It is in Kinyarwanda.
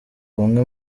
bamwe